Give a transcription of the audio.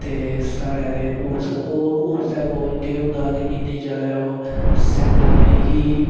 ते साढ़े ते उस ओह् ओह् उस्सै कोल केह् होंदा हा कि इन्नी जैदा ओह् सेना नेईं ही ते